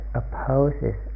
opposes